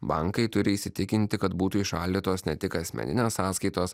bankai turi įsitikinti kad būtų įšaldytos ne tik asmeninės sąskaitos